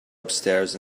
upstairs